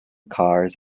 cars